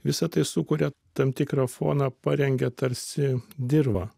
visa tai sukuria tam tikrą foną parengia tarsi dirvą